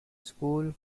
school